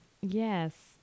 Yes